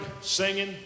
singing